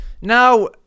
Now